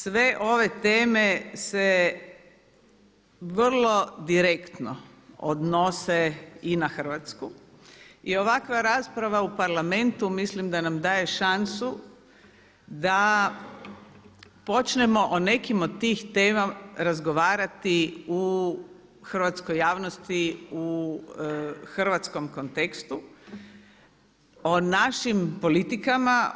Sve ove teme se vrlo direktno odnose i na Hrvatsku i ovakva rasprava u Parlamentu mislim da nam daje šansu da počnemo o nekim od tih tema razgovarati u hrvatskoj javnosti u hrvatskom kontekstu o našim politikama.